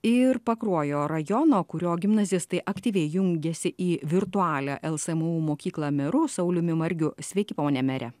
ir pakruojo rajono kurio gimnazistai aktyviai jungiasi į virtualią lsmu mokyklą meru sauliumi margiu sveiki pone mere